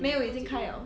没有已经开 liao